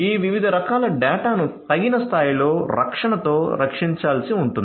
ఈ వివిధ రకాల డేటాను తగిన స్థాయిలో రక్షణతో రక్షించాల్సి ఉంటుంది